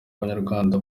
abanyarwanda